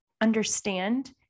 understand